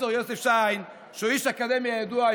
שהוא איש אקדמיה ידוע,